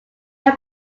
have